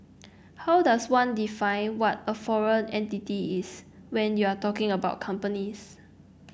how does one define what a foreign entity is when you're talking about companies